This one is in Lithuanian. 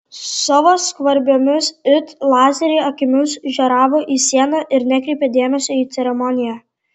savo skvarbiomis it lazeriai akimis žioravo į sieną ir nekreipė dėmesio į ceremoniją